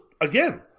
again